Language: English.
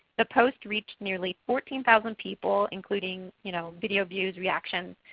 the post reached nearly fourteen thousand people, including you know video views, reactions,